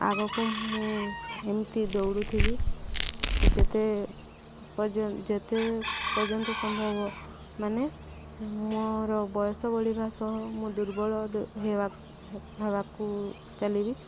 ଆଗକୁ ମୁଁ ଏମିତି ଦୌଡ଼ୁଥିବି ଯେତେ ପର୍ଯ୍ୟ ଯେତେ ପର୍ଯ୍ୟନ୍ତ ସମ୍ଭବ ମାନେ ମୋର ବୟସ ବଢ଼ିବା ସହ ମୁଁ ଦୁର୍ବଳ ହେବା ହେବାକୁ ଚାଲିବି